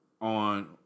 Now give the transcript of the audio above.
on